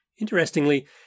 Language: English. Interestingly